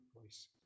voice